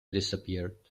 disappeared